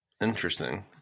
Interesting